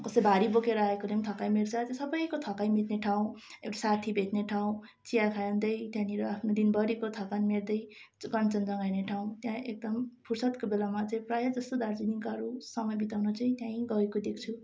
कस्तो भारी बोकेर आएकोले पनि थकाइ मेट्छ त्यो सबैको थकाइ मेट्ने ठाउँ एउटा साथी भेट्ने ठाउँ चिया खाँदै त्यहाँनिर आफ्नो दिनभरिको थकान मेट्दै कञ्चनजङ्घा हेर्ने ठाउँ त्यहाँ एकदम फुर्सतको बेलामा चाहिँ प्रायःजस्तो दार्जिलिङकाहरू समय बिताउन चाहिँ त्यहीँ गएको देख्छु